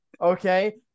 Okay